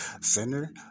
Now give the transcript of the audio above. Center